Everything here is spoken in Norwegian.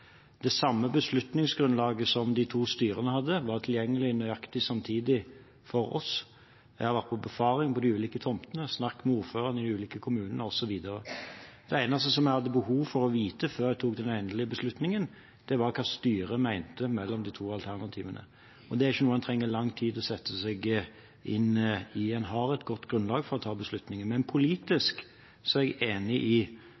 Det samme beslutningsgrunnlaget som de to styrene hadde, var tilgjengelig nøyaktig samtidig for oss. Jeg har vært på befaring på de ulike tomtene, snakket med ordførerne i de ulike kommunene osv. Det eneste jeg hadde behov for å vite før jeg tok den endelige beslutningen, var hva styret mente om de to alternativene. Og det er ikke noe en trenger lang tid på å sette seg inn i; en har et godt grunnlag for å ta beslutningen. Men politisk er jeg enig i